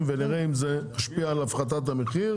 ונראה אם זה ישפיע על הפחתת המחיר